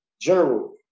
general